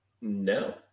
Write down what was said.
No